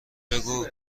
بگو